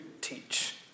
teach